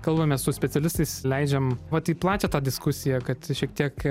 kalbamės su specialistais leidžiam vat į plačią tą diskusiją kad šiek tiek